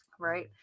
Right